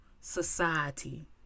society